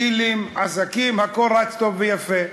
דילים, עסקים, הכול רק טוב ויפה.